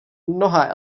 mnoha